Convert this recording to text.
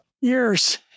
Years